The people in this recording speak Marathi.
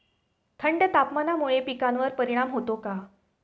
थंड तापमानामुळे पिकांवर परिणाम होतो का?